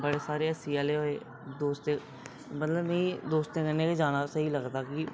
बड़े सारे हास्से आह्ले होए उस च मतलब मिगी दोस्तें कन्नै बी जाना स्हेई लगदा कि